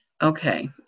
Okay